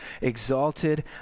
exalted